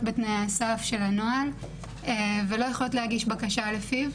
בתנאי הסף של הנוהל ולא יכולות להגיש בקשה לפיו,